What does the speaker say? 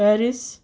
Paris